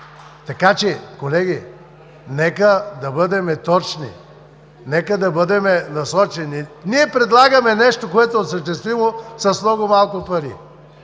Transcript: Колеги, нека да бъдем точни, нека да бъдем насочени. Ние предлагаме нещо, което е осъществимо с много малко пари.